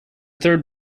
third